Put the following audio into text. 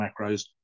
macros